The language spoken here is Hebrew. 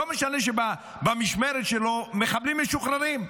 לא משנה שבמשמרת שלו מחבלים משוחררים,